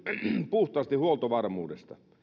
puhtaasti huoltovarmuudesta